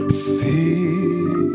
see